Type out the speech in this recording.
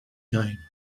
game